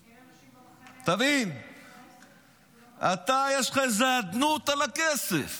תבין, אתה, יש לך איזו אדנות על הכסף.